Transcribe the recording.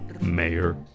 Mayor